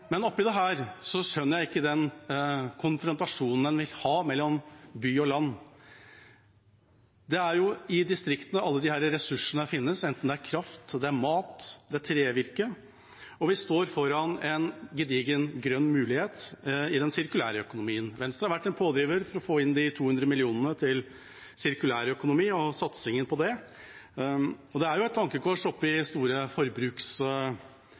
Men oppe i dette skjønner jeg ikke den konfrontasjonen en vil ha mellom by og land. Det er jo i distriktene alle disse ressursene finnes, enten det er kraft, mat eller trevirke, og vi står foran en gedigen grønn mulighet i den sirkulære økonomien. Venstre har vært en pådriver for å få inn de 200 millionene til sirkulærøkonomi og satsingen på det. Det er et tankekors